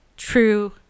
True